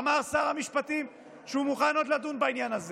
אמר שר המשפטים שהוא מוכן עוד לדון בעניין הזה.